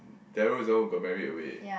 Darryl is the one who got married away